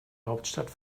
hauptstadt